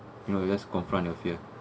you know you just confront your fear